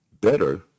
better